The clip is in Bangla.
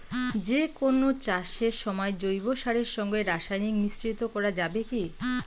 যে কোন চাষের সময় জৈব সারের সঙ্গে রাসায়নিক মিশ্রিত করা যাবে কি?